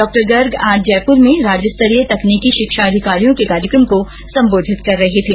डॉ गर्ग आज जयपुर में राज्य स्तरीय तकनीकी शिक्षा अधिकारियों के कार्यक्रम को संबोधित कर रहे थे